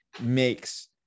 makes